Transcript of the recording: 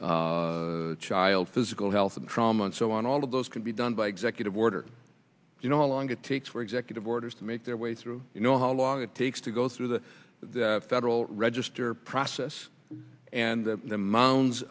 health child physical health and trauma and so on all of those can be done by executive order you know how long it takes for executive orders to make their way through you know how long it takes to go through the federal register process and the amount